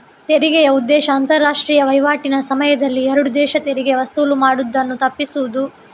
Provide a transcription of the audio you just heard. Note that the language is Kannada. ತೆರಿಗೆಯ ಉದ್ದೇಶ ಅಂತಾರಾಷ್ಟ್ರೀಯ ವೈವಾಟಿನ ಸಮಯದಲ್ಲಿ ಎರಡು ದೇಶ ತೆರಿಗೆ ವಸೂಲು ಮಾಡುದನ್ನ ತಪ್ಪಿಸುದು